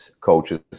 coaches